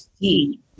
see